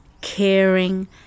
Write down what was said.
caring